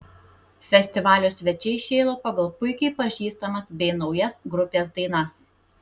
festivalio svečiai šėlo pagal puikiai pažįstamas bei naujas grupės dainas